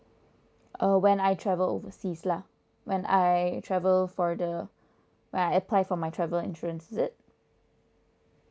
uh when I travel overseas lah when I travel for the when I apply for my travel insurance is it